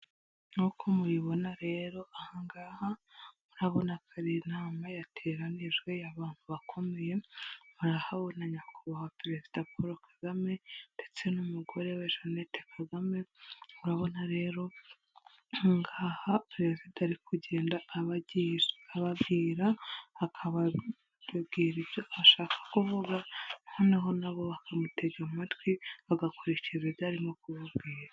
Nk'uko mubibona rero aha ngaha, murabona ko ari inama yateranijwe abantu bakomeye, murahabona nyakubahwa perezida Paul Kagame ndetse n'umugore we Jeanette Kagame, urabona rero aha ngaha perezida ari kugenda aba ababwira, akababwira ibyo ashaka kuvuga noneho na bo bakamutega amatwi, bagakurikiza ibyo arimo kubabwira.